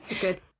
Good